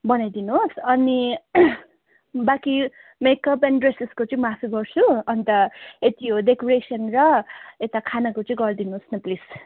बनाइदिनुहोस् अनि बाँकी मेकअप एन्ड ड्रेसेसको चाहिँ म आफै गर्छु अन्त यति हो डेकोरेसन र यता खानाको चाहिँ गरिदिनुहोस् न प्लिज